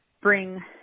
bring